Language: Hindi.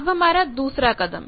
अब हमारा दूसरा कदम